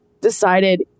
decided